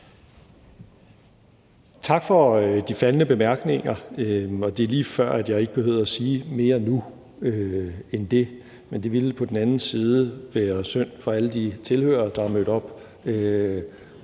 Tak for de faldne bemærkninger. Det er lige før, at jeg ikke behøvede at sige mere end det, men det ville på den anden side være synd for alle de tilhørere, der er mødt op